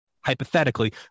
hypothetically